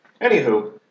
anywho